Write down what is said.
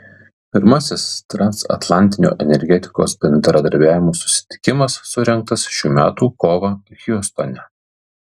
pirmasis transatlantinio energetikos bendradarbiavimo susitikimas surengtas šių metų kovą hjustone